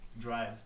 drive